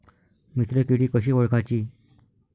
मित्र किडी कशी ओळखाची?